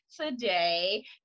today